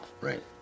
Right